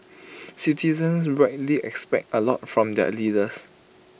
citizens rightly expect A lot from their leaders